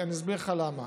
אני אסביר לך למה.